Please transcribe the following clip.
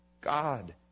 God